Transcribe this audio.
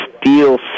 Steel